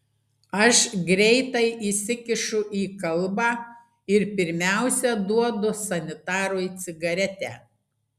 aš greitai įsikišu į kalbą ir pirmiausia duodu sanitarui cigaretę